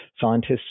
scientists